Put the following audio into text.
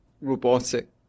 robotic